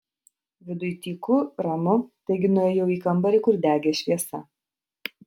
viduj tyku ramu taigi nuėjau į kambarį kur degė šviesa